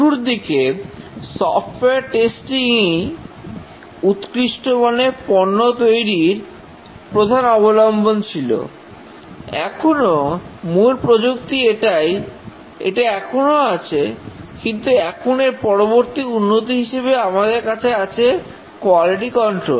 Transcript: শুরুর দিকে software testing ই উৎকৃষ্টমানের পণ্য তৈরির প্রধান অবলম্বন ছিল এখনো মূল প্রযুক্তি এটাই এটা এখনো আছে কিন্তু এখন এর পরবর্তী উন্নতি হিসেবে আমাদের কাছে আছে কোয়ালিটি কন্ট্রোল